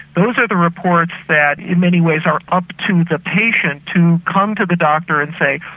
those are the reports that in many ways are up to the patient to come to the doctor and say,